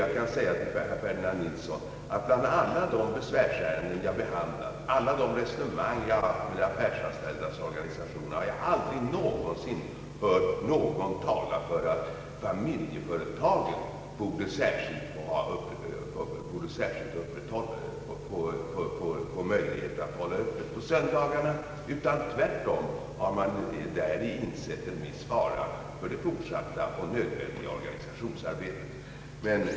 Jag kan försäkra herr Ferdinand Nilsson att jag aldrig i de besvärsärenden jag tagit del av eller vid de resonemang jag fört med talesmännen för de anställdas organisationer har förmärkt någon Öönskan att ge familjeföretagen möjligheter att hålla öppet på söndagarna. Tvärtom har man sett en fara däri för det fortsatta, nödvändiga organisationsarbetet.